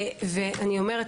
אני אומרת